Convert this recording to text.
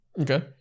Okay